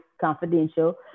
confidential